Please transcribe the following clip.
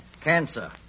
Cancer